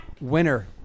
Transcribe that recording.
Winner